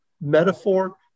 metaphor